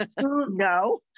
No